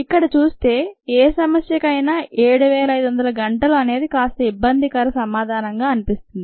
ఇక్కడ చూస్తే ఏ సమస్యకైనా 7500 గంటలు అనేది కాస్త ఇబ్బందికర సమాధానంగా అనిపిస్తుంది